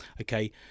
okay